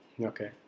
Okay